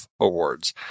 Awards